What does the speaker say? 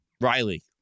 Riley